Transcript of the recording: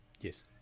yes